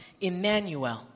Emmanuel